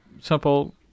simple